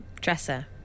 Dresser